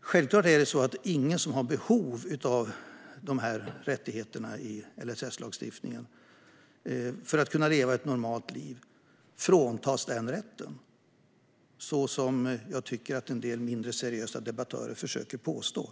Självklart ska ingen som har behov av de rättigheter som finns med i LSS-lagstiftningen för att kunna leva ett normalt liv fråntas den rätten, så som jag tycker att en del mindre seriösa debattörer försöker att påstå.